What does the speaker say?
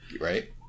Right